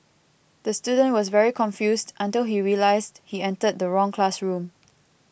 the student was very confused until he realised he entered the wrong classroom